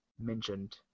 mentioned